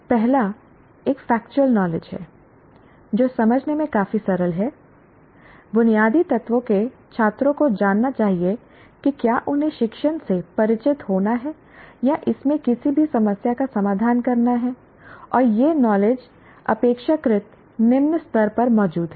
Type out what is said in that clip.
पहला एक factual knowledge है जो समझने में काफी सरल है बुनियादी तत्वों के छात्रों को जानना चाहिए कि क्या उन्हें शिक्षण से परिचित होना है या इसमें किसी भी समस्या का समाधान करना है और यह नॉलेज अपेक्षाकृत निम्न स्तर पर मौजूद है